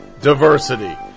diversity